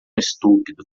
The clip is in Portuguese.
estúpido